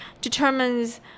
determines